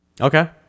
Okay